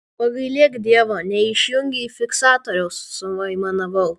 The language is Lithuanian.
pagailėk dievo neišjungei fiksatoriaus suaimanavau